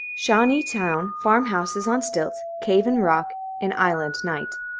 shawneetown farm-houses on stilts cave-in-rock an island night.